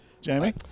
Jamie